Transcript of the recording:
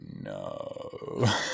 No